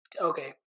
Okay